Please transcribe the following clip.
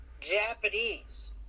Japanese